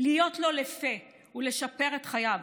להיות לו לפה ולשפר את חייו.